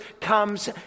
comes